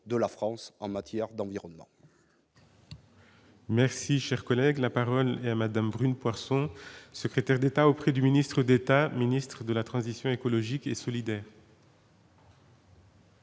de la France en matière environnementale